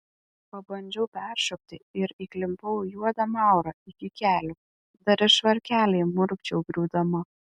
pabandžiau peršokti ir įklimpau į juodą maurą iki kelių dar ir švarkelį įmurkdžiau griūdama